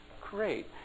Great